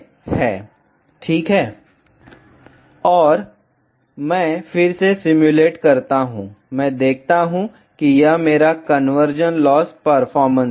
vlcsnap 2018 09 20 15h07m56s399 और मैं फिर से सिम्युलेट करता हूं मैं देखता हूं कि यह मेरा कन्वर्जन लॉस परफॉर्मेंस है